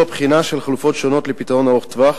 בחינה של חלופות שונות לפתרון ארוך טווח